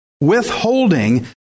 Withholding